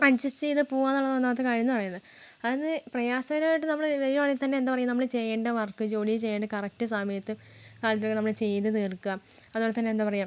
adjust ചെയ്ത് പോവാ എന്നുള്ളതാണ് ഒന്നാമത്തെ കാര്യം എന്ന് പറയുന്നത് അതായത് പ്രയാസകരമായിട്ട് നമ്മൾ വരികയാണെങ്കിൽ തന്നെ എന്താ പറയുക നമ്മൾ ചെയ്യേണ്ട വർക്ക് ജോലി ചെയ്യേണ്ട കറക്റ്റ് സമയത്ത് കറക്റ്റ് നമ്മൾ ചെയ്തു തീർക്കുക അതുപോലെത്തന്നെ എന്താ പറയാ